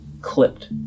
clipped